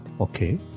okay